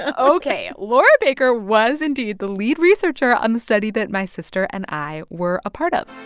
ok, laura baker was, indeed, the lead researcher on the study that my sister and i were a part of,